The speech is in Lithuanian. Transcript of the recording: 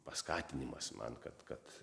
paskatinimas man kad kad